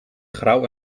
grauw